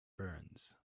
burns